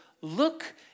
look